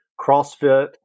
CrossFit